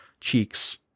cheeks